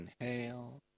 Inhale